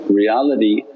reality